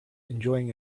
enjoying